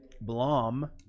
Blom